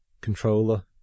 controller